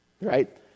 Right